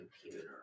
computer